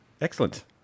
Excellent